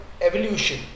evolution